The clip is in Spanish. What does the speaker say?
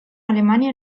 alemania